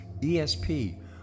ESP